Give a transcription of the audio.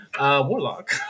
Warlock